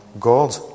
god